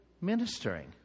ministering